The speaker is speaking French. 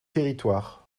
territoires